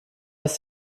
ist